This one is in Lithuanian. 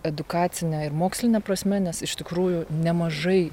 edukacine ir moksline prasme nes iš tikrųjų nemažai